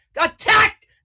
Attack